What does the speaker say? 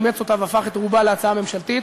אימץ אותה והפך את רובה להצעה ממשלתית,